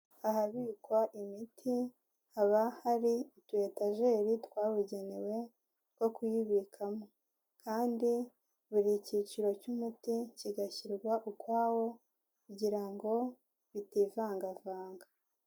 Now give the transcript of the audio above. Ahabikwa imiti, haba hari utuyetajeri twabugenewe two kuyibikamo kandi buri cyiciro cy'umuti kigashyirwa ukwawo kugira ngo bitivangavanga.